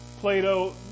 Plato